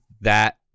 that-